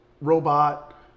robot